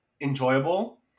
enjoyable